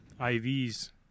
ivs